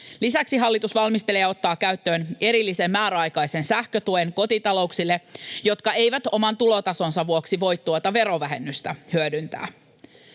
Lisäksi hallitus valmistelee ja ottaa käyttöön erillisen määräaikaisen sähkötuen kotitalouksille, jotka eivät oman tulotasonsa vuoksi voi tuota verovähennystä hyödyntää.